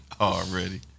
Already